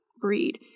breed